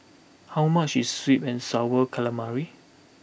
how much is Sweet and Sour Calamari